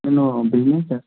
నేను బిజినెస్ చేస్తాను